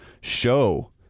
show